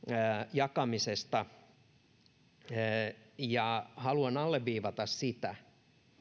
jakamisesta haluan alleviivata sitä